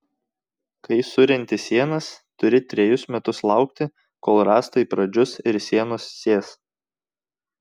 kai surenti sienas turi trejus metus laukti kol rąstai pradžius ir sienos sės